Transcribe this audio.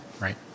Right